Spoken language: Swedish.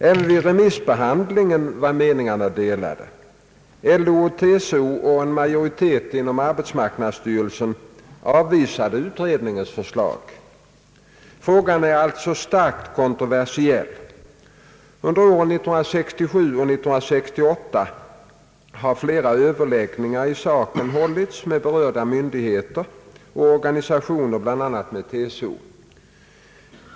Även vid remissbehandlingen var meningarna delade. LO och TCO och en majoritet inom arbetsmarknadsstyrelsen avvisade utredningens förslag. Frågan är alltså starkt kontroversiell. Under åren 1967 och 1968 har flera överläggningar i saken hållits med berörda myndigheter och organisationer, bl.a. med TCO.